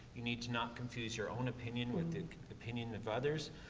you need to not confuse your own opinion with the opinion of others.